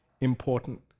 important